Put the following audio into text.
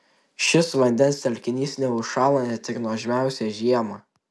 šis vandens telkinys neužšąla net ir nuožmiausią žiemą